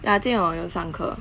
ya 今晚我有上课